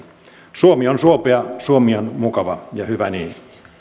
suomi on suopea suomi on mukava ja hyvä niin